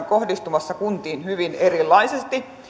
kohdistumassa kuntiin hyvin erilaisesti